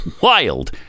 wild